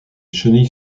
chenilles